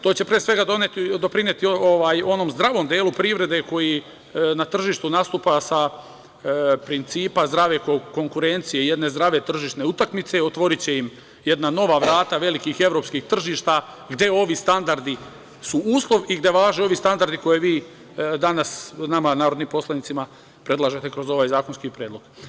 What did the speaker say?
To će, pre svega, doprineti onom zdravom delu privrede koji na tržištu nastupa sa principa zdrave konkurencije, jedne zdrave tržišne utakmice, otvoriće im jedna nova vrata velikih evropskih tržišta, gde ovi standardi su uslov i gde važe ovi standardi koje vi danas nama narodnim poslanicima predlažete kroz ovaj zakonski predlog.